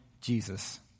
Jesus